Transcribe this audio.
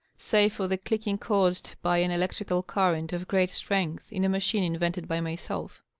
save for the clicking caused by an electrical current of great strength in a machine invented by myself.